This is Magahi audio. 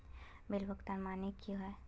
बिल भुगतान माने की होय?